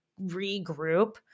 regroup